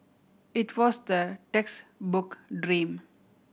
it was the textbook dream